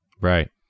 Right